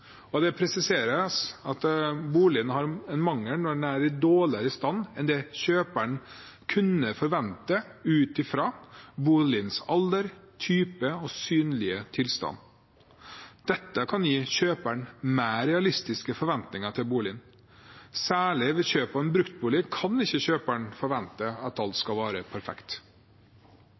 og det presiseres at boligen har en mangel når den er i dårligere stand enn det kjøperen kunne forvente ut fra boligens alder, type og synlige tilstand. Dette kan gi kjøperen mer realistiske forventninger til boligen. Særlig ved kjøp av en bruktbolig kan ikke kjøperen forvente at alt skal være perfekt.